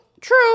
true